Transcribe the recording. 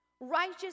Righteous